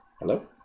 hello